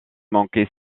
manqué